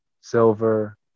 silver